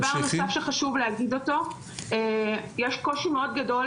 דבר נוסף שחשוב להגיד יש קושי מאוד גדול